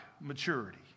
maturity